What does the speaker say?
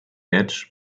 edge